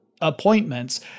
appointments